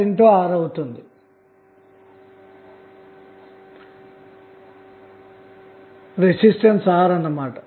ఈ సందర్భంలో రెసిస్టెన్స్ అంటే R అన్న మాట